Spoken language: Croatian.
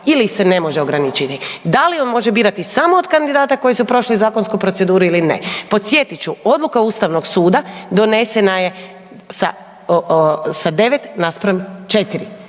ili se ne može ograničiti, da li on može birati samo od kandidata koji su prošli zakonsku proceduru ili ne. Podsjetit ću odluka Ustavnog suda donesena je sa 9 naspram 4.